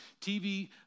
TV